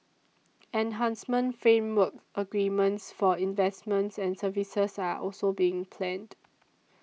enhancement framework agreements for investments and services are also being planned